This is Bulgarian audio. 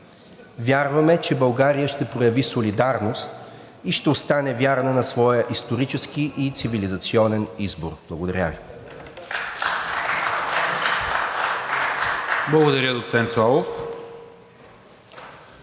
Вярваме, че България ще прояви солидарност и ще остане вярна на своя исторически и цивилизационен избор.“ Благодаря Ви. (Ръкопляскания от